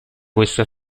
questa